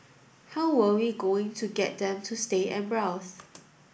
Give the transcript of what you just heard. how were we going to get them to stay and browse